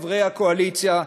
חברי הקואליציה,